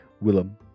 Willem